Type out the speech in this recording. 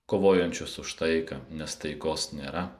kovojančius už taiką nes taikos nėra